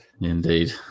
Indeed